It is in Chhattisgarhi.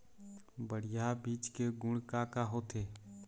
बढ़िया बीज के गुण का का होथे?